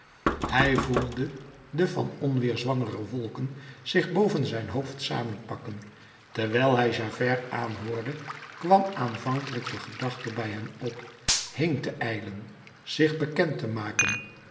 hij voelde de van onweer zwangere wolken zich boven zijn hoofd samenpakken terwijl hij javert aanhoorde kwam aanvankelijk de gedachte bij hem op heen te ijlen zich bekend te maken